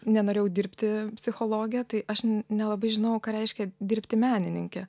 nenorėjau dirbti psichologe tai aš nelabai žinojau ką reiškia dirbti menininke